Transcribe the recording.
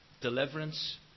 deliverance